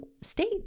state